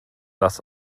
das